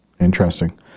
Interesting